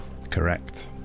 Correct